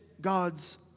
God's